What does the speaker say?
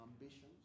ambitions